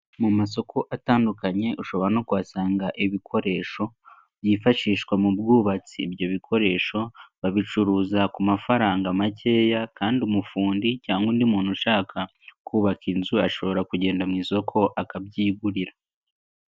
Mu masoko atandukanye ushobora no kuhasanga ibikoresho byifashishwa mu bwubatsi. Ibyo bikoresho babicuruza ku mafaranga makeya kandi umufundi cyangwa undi muntu ushaka kubaka inzu, ashobora kugenda mu isoko akabyigurira.